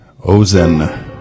Ozen